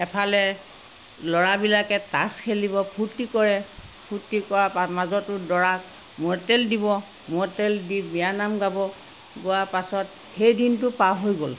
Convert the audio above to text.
এফালে ল'ৰাবিলাকে তাছ খেলিব ফূৰ্তি কৰে ফূৰ্তি কৰা মাজতো দৰা মূৰত তেল দিব মূৰত তেল দি বিয়ানাম গাব গোৱা পাছত সেই দিনটো পাৰ হৈ গ'ল